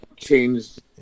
changed